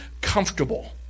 comfortable